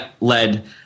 led